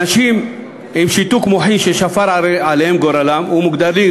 אנשים עם שיתוק מוחין ששפר עליהם גורלם ומוגדרים